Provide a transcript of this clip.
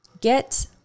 Get